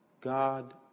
God